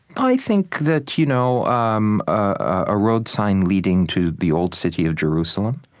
i think that you know um a road sign leading to the old city of jerusalem